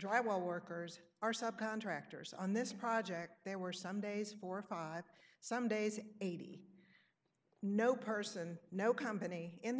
drywall workers are subcontractors on this project there were some days four or five some days in eighty no person no company in the